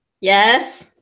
yes